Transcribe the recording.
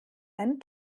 ein